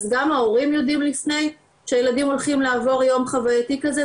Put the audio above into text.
אז גם ההורים יודעים לפני שהילדים הולכים לעבור יום חוויותי כזה,